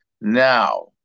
Now